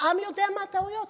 העם יודע מה הטעויות?